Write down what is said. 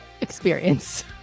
experience